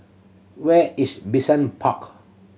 where is Bishan Park